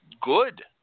good